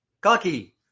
Kaki